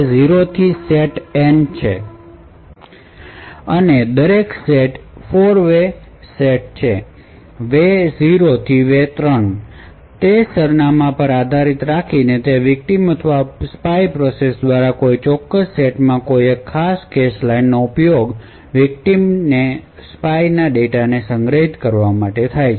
0 થી set N set છે અને દરેક સેટ 4 વે છે વે 0 થી વે 3 છે તેથી સરનામાં પર આધાર રાખીને તે વિકટીમ અથવા સ્પાય પ્રોસેસ દ્વારા કોઈ ચોક્કસ સેટમાં એક ખાસ કેશ લાઇનનો ઉપયોગ વિકટીમ અને સ્પાય ડેટાને સંગ્રહિત કરવા માટે થાય છે